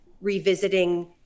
revisiting